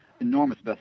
enormous